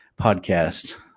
podcast